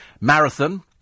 Marathon